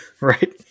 Right